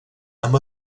amb